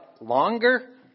longer